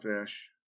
fish